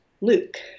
Luke